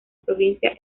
provincia